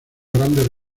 grandes